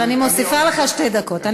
אבל אני מוסיפה לך שתי דקות.